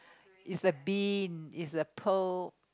it's the bean it's the pearl